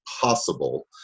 possible